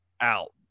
out